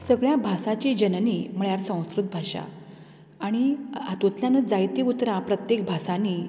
सगळ्या भासांची जननी म्हळ्यार संस्कृत भाशा आनी हातूंतल्यानच जायती उतरां प्रत्येक भासांनी